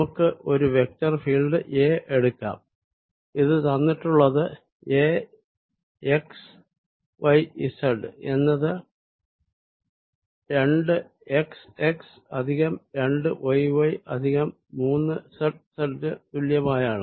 നമുക്ക് ഒരു vector field A എടുക്കാം ഇത് തന്നിട്ടുള്ളത് A xy z എന്നത് 2 x x plus 2 y y plus 3 z z ന് തുല്യമായാണ്